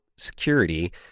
security